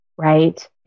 Right